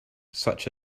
such